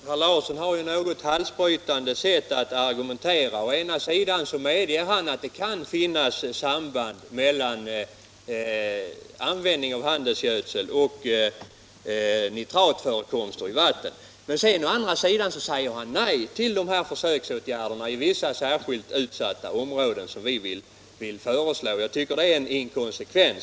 Herr talman! Herr Larsson i Borrby har ett något halsbrytande sätt att argumentera. Å ena sidan medger han att det kan finnas ett samband mellan användning av handelsgödsel och nitratförekomster i vattnet. Å andra sidan säger han nej till försöksåtgärder i vissa särskilt utsatta områden som vi föreslår. Jag tycker att det är inkonsekvent.